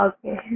Okay